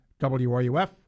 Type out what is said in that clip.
wruf